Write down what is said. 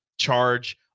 charge